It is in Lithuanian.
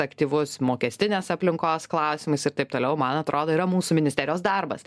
aktyvus mokestinės aplinkos klausimais ir taip toliau man atrodo yra mūsų ministerijos darbas